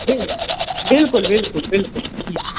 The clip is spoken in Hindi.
बिल बिल्कुल बिल्कुल बिल्कुल जी जी